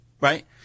Right